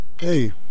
hey